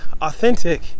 authentic